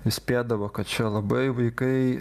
įspėdavo kad čia labai vaikai